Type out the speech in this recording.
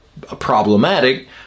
problematic